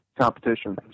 competition